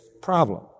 problem